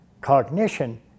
cognition